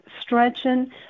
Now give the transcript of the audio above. stretching